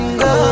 go